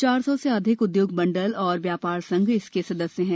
चार सौ से अधिक उद्योग मंडल और व्यापार संघ इसके सदस्य हैं